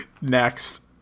Next